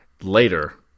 later